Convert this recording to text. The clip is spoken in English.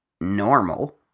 normal